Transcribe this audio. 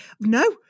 No